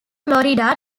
florida